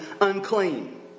unclean